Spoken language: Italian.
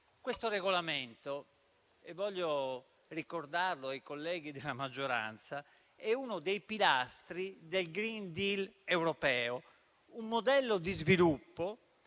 Questo regolamento - voglio ricordarlo ai colleghi della maggioranza - è uno dei pilastri del *green deal* europeo, un modello di sviluppo